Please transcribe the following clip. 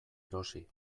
erosi